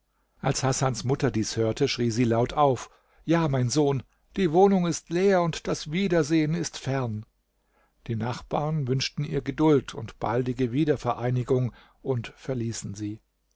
als hasans mutter dies hörte schrie sie laut auf ja mein sohn die wohnung ist leer und das wiedersehen ist fern die nachbarn wünschten ihr geduld und baldige wiedervereinigung und verließen sie